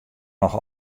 noch